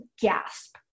gasp